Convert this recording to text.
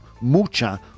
mucha